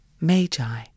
Magi